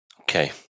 Okay